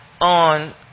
on